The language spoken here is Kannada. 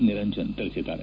ನಿರಂಜನ್ ತಿಳಿಸಿದ್ದಾರೆ